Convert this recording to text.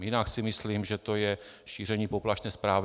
Jinak si myslím, že to je šíření poplašné pravdy.